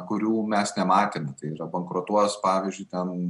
kurių mes nematėm tai yra bankrutuos pavyzdžiui ten